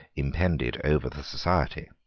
impended over the society.